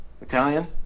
Italian